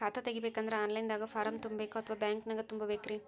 ಖಾತಾ ತೆಗಿಬೇಕಂದ್ರ online ದಾಗ ಫಾರಂ ತುಂಬೇಕೊ ಅಥವಾ ಬ್ಯಾಂಕನ್ಯಾಗ ತುಂಬ ಬೇಕ್ರಿ?